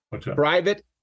Private